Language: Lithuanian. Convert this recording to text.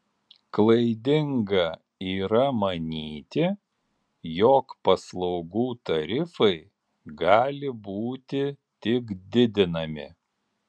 klaidinga yra manyti jog paslaugų tarifai gali būti tik didinami